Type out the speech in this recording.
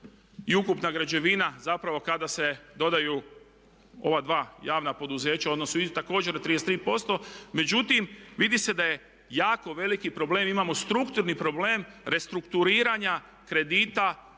i ukupna građevina zapravo kada se dodaju ova dva javna poduzeća ona su također 33%. Međutim, vidi se da je jako veliki problem, imamo strukturni problem restrukturiranja kredita